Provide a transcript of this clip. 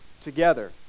together